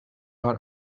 are